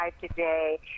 today